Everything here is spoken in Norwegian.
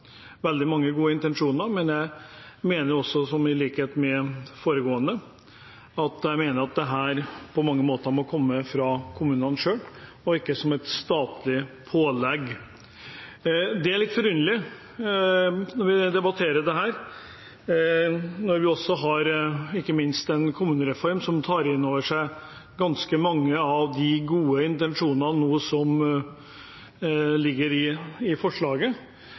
veldig mange gode intensjoner, men jeg mener også, i likhet med foregående taler, at dette på mange måter må komme fra kommunene selv og ikke som et statlig pålegg. Vi har en kommunereform som tar inn over seg ganske mange av de gode intensjonene som ligger i forslaget,